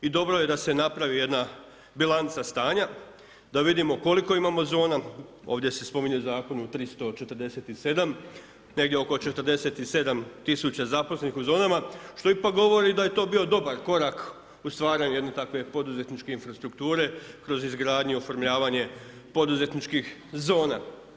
I dobro je da se napravi jedna bilanca stanja da vidimo koliko imamo zona, ovdje se spominju u zakonu 347, negdje oko 47000 zaposlenih u zonama što ipak govori da je to bio dobar korak u stvaranju jedne takve poduzetničke infrastrukture kroz izgradnju, oformljavanje poduzetničkih zona.